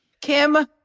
Kim